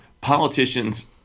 Politicians